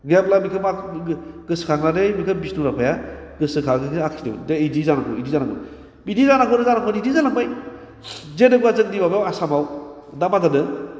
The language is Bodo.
गैयाब्ला बेखौ मा गोसखांनानै बेखौ बिष्णु राभाया गोसोखाङैनो आखिदोंमोन दे बिदि जानांगौ बिदि जानांगौ बिदि जानांगौ आरो जानांगौ बिदि जालांबाय जे दंब्ला जोंना माबायाव आसामाव दा मा जादों